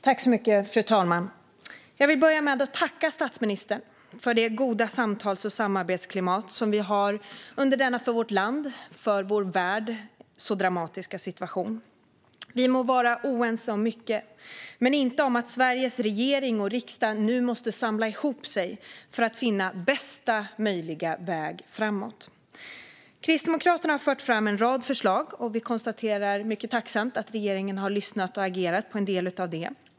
Fru talman! Jag vill börja med att tacka statsministern för det goda samtals och samarbetsklimat som råder under denna för vårt land, för vår värld, så dramatiska situation. Vi må vara oense om mycket, men inte om att Sveriges regering och riksdag nu måste samla sig för att finna bästa möjliga väg framåt. Kristdemokraterna har fört fram en rad förslag, och vi konstaterar mycket tacksamt att regeringen har lyssnat och agerat på en del av dem.